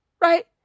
right